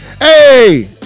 Hey